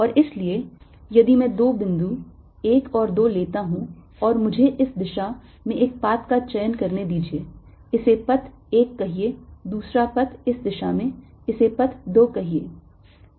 और इसलिए यदि मैं दो बिंदु 1 और 2 लेता हूं और मुझे इस दिशा में एक पथ का चयन करने दीजिए इसे पथ 1 कहिए दूसरा पथ इस दिशा में इसे पथ 2 कहिए